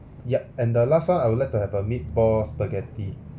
yup and the last one I would like to have a meatball spaghetti